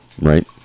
Right